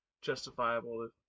justifiable